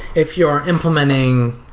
if you are implementing